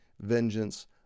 vengeance